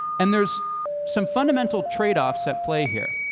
and there's some fundamental trade-offs at play here.